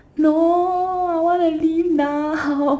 no I wanna leave now